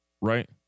right